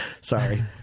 Sorry